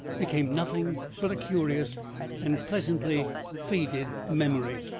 became nothing but a curious and pleasantly faded memory.